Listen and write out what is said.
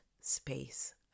space